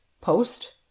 post